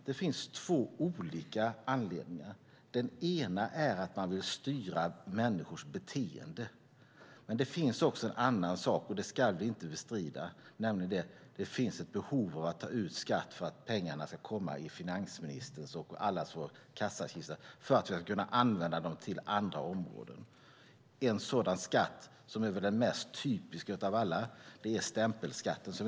Det finns två olika anledningar. Den ena är att man vill styra människors beteende. Den andra saken, som vi inte ska bestrida, är att det finns ett behov av att ta ut skatt för att pengarna ska komma i finansministerns och allas vår kassakista för att vi ska kunna använda dem till andra områden. En sådan skatt, som väl är den mest typiska av alla, är stämpelskatten.